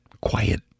quiet